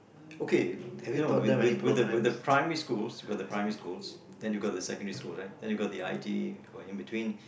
okay you know with with with the with the primary schools we got the primary schools then you got the secondary schools right then you got the I_T got the in between